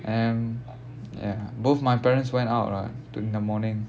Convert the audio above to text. and ya both my parents went what to in the morning